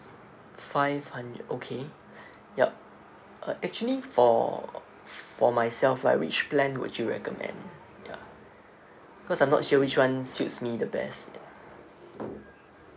five hundred okay yup uh actually for for myself right which plan would you recommend ya because I'm not sure which one suits me the best